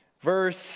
Verse